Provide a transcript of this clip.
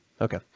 Okay